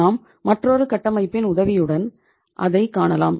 நாம் மற்றொரு கட்டமைப்பின் உதவியுடன் அதைக் காணலாம்